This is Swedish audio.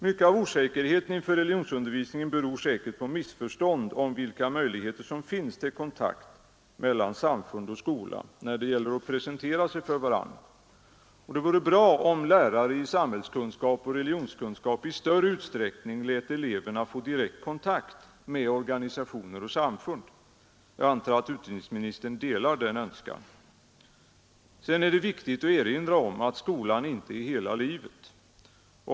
Mycket av osäkerheten inför religionsundervisningen beror säkert på missförstånd om vilka möjligheter som finns till kontakt mellan samfund och skola när det gäller att presentera sig för varandra, och det vore bra om lärare i samhällskunskap och religionskunskap i större utsträckning lät eleverna få direkt kontakt med organisationer och samfund. Jag antar att utbildningsministern delar den önskan. Sedan är det viktigt att erinra om att skolan inte är hela livet.